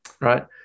right